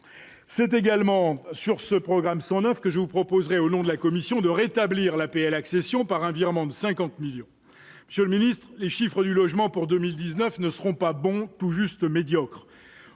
c'est également sur ce programme 109 que je vous proposerai au nom de la commission de rétablir l'APL accession par un virement de 50 millions monsieur le Ministre, les chiffres du logement pour 2019 ne seront pas bon tout juste médiocre